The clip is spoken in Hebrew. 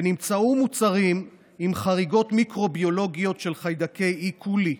ונמצאו מוצרים עם חריגות מיקרוביולוגיות של חיידקי אי-קולי.